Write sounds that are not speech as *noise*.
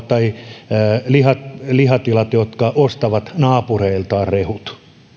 *unintelligible* tai lihatilat lihatilat jotka ostavat naapureiltaan rehut